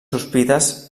sospites